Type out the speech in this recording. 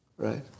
Right